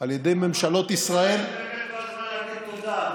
על ידי ממשלות ישראל, אמרתי לך, תודה.